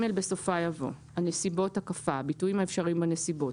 בסופה יבוא: הנסיבותהביטויים האפשריים בנסיבות